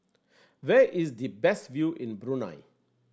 where is the best view in Brunei